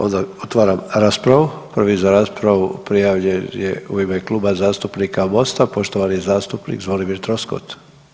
Onda otvaram raspravu, prvi za raspravu prijavljen je u ime Kluba zastupnika Mosta poštovani zastupnik Zvonimir Troskot.